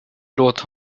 låt